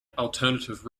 alternative